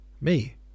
Me